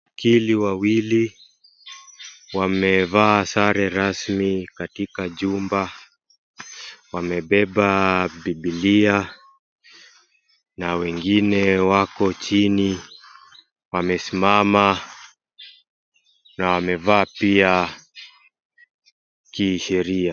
Wakili wawili wamevaa sare rasmi katika jumba wamebeba bibilia na wengine wako chini wamesimama na wamevaa pia kisheria.